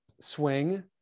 swing